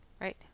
right